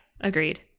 agreed